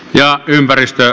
herra puhemies